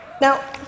Now